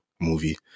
movie